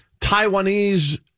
Taiwanese